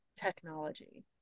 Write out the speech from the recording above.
Technology